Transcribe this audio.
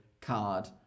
card